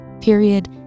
period